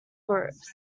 groups